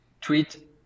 tweet